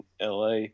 la